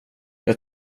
jag